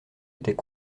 était